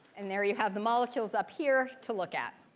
and there, you have the molecules up here to look at.